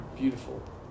beautiful